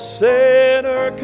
sinner